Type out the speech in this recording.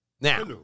Now